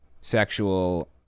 sexual